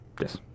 Yes